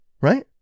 Right